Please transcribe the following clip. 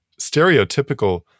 stereotypical